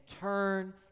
turn